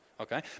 Okay